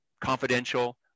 confidential